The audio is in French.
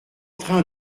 train